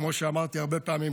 כמו שאמרתי הרבה פעמים,